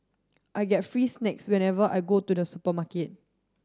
I get free snacks whenever I go to the supermarket